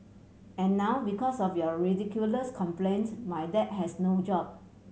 and now because of your ridiculous complaint my dad has no job